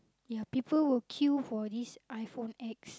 ya people will queue for this iPhone X